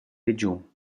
regiun